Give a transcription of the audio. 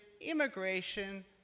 immigration